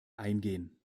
eingehen